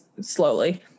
slowly